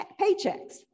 paychecks